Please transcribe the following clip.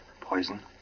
poison